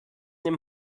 dem